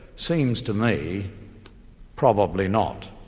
seems to me probably not.